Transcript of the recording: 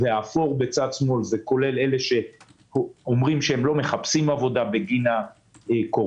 האפור בצד שמאל זה כולל אלה שאומרים שהם לא מחפשים עבודה בגין הקורונה,